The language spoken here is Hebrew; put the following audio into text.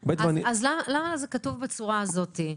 למה זה כתוב בצורה הזאת: